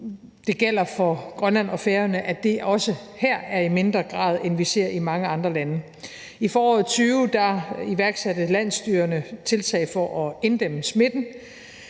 Det gælder for Grønland og Færøerne, at det også her er i mindre grad, end vi ser i mange andre lande. I foråret 2020 iværksatte landsstyret og naalakkersuisut tiltag for at inddæmme smitten.